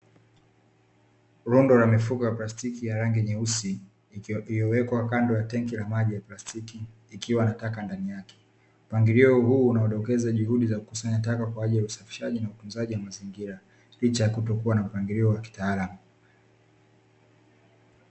Rundo la mifuko ya plastiki ya rangi nyeusi, iliyowekwa kando ya tenki la maji ya plastiki ikiwa na taka ndani yake. Mpangilio huu unaodokeza juhudi za kukusanya taka kwa ajili ya usafishaji na utunzaji wa mazingira, licha ya kutokuwa na mpangilio wa kitaalamu.